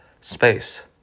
space